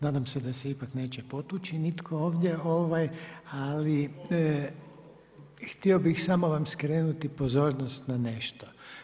Nadam se da se ipak neće potući nitko ovdje, ali htio bih samo skrenuti pozornost na nešto.